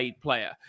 Player